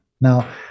Now